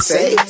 Say